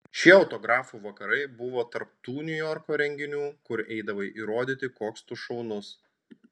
šie autografų vakarai buvo tarp tų niujorko renginių kur eidavai įrodyti koks tu šaunus